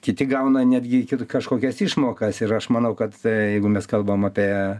kiti gauna netgi kažkokias išmokas ir aš manau kad jeigu mes kalbam apie